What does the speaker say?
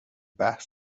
بحث